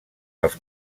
els